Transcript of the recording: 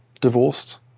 divorced